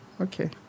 Okay